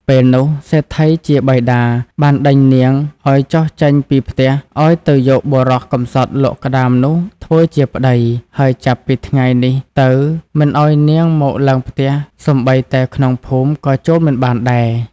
ពេលនោះ សេដ្ឋីជាបិតាបានដេញនាងឲ្យចុះចេញពីផ្ទះឲ្យទៅយកបុរសម្សត់លក់ក្ដាមនោះធ្វើជាប្ដី ហើយចាប់ពីថ្ងៃនេះទៅមិនឲ្យនាងមកឡើងផ្ទះសូម្បីតែក្នុងភូមិក៏ចូលមិនបានដែរ។